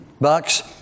bucks